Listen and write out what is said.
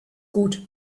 gut